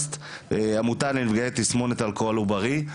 עמותה לנפגעי תסמונת אלכוהול עוברי.